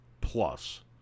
plus